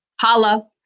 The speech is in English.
holla